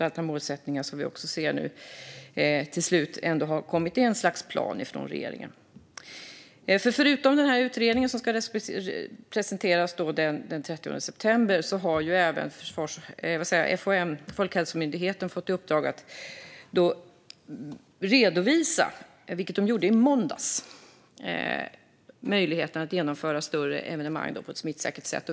Vi ser nu att det till slut ändå har kommit ett slags plan från regeringen. Förutom utredningen som ska presenteras den 30 september har Folkhälsomyndigheten fått i uppdrag att redovisa, vilket de gjorde i måndags, möjligheten att genomföra större evenemang på ett smittsäkert sätt.